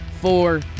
four